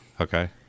Okay